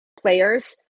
players